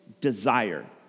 desire